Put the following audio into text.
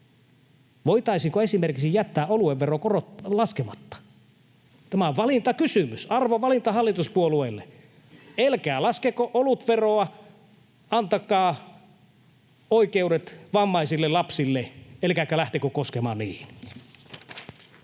Voitaisiinko esimerkiksi jättää oluen vero laskematta? Tämä on valintakysymys, arvovalinta hallituspuolueille. Älkää laskeko olutveroa, antakaa oikeudet vammaisille lapsille älkääkä lähtekö koskemaan niihin.